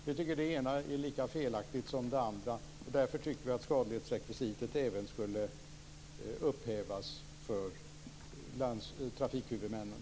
Vi tycker att det ena är lika felaktigt som det andra. Därför menar vi att skadlighetsprövningsrekvisitet även skall upphävas för trafikhuvudmännen.